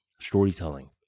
storytelling